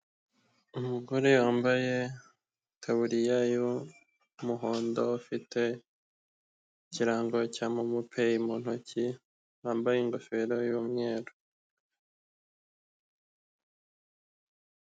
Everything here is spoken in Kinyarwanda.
Umugore wambaye itaburiya y'umuhondo, ufite ikirango cya momo peyi mu ntoki, wambaye ingofero y'umweru.